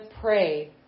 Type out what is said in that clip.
pray